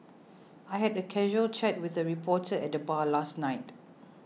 I had a casual chat with a reporter at the bar last night